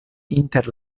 inter